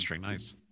Nice